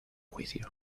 juicio